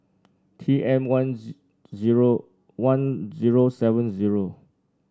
T M one zero one zero seven zero